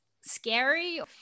scary